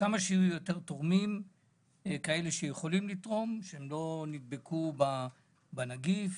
כמה שיותר תורמים שיכולים לתרום ולא נדבקו בנגיף,